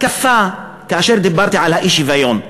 התקפה כאשר דיברתי על האי-שוויון,